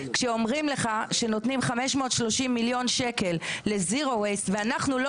כשאומרים לך שנותנים 530,000,000 שקל ואנחנו לא